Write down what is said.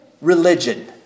religion